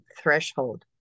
threshold